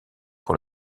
pour